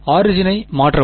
ஆரிஜினை மாற்றவும்